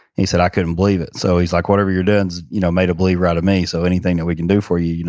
he said, i couldn't believe it. so, he's like, whatever you're doing's you know made a believer out of me, so anything that we can do for you,